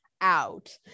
out